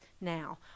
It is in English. now